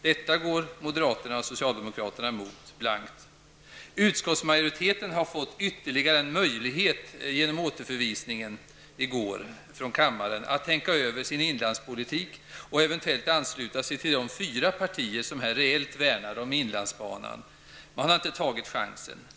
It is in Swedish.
Detta går moderaterna och socialdemokraterna blankt emot. Utskottsmajoriteten har fått ytterligare en möjlighet genom återförvisningen i kammaren i går att tänka över sin inlandspolitik och eventuellt ansluta sig till de fyra partier som här reellt värnar om inlandsbanan. Man har inte tagit chansen.